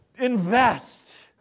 Invest